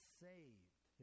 saved